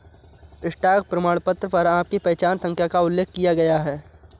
stock प्रमाणपत्र पर आपकी पहचान संख्या का उल्लेख किया गया है